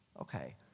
okay